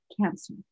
cancer